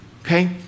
Okay